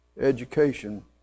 education